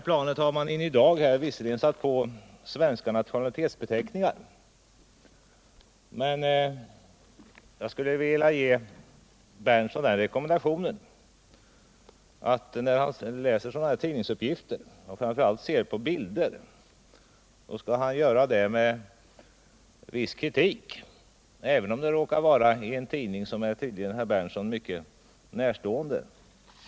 Planet i Ny Dag har visserligen försetts med svenska nationalitetsbeteckningar, men jag skulle vilja ge herr Berndtson rekommendationen att han när han läser sådana här tidningsuppgifter och framför allt när han ser på bilder göra detta med viss kriik, även om det råkar vara i en tidning som tydligen är herr Berndtson mycket närstående.